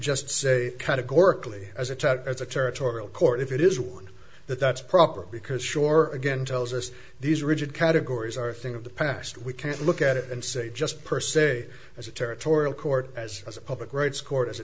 just say categorically as a tight as a territorial court if it is ordered that that's proper because shore again tells us these rigid categories are thing of the past we can't look at it and say just per se as a territorial court as as a public rights court as a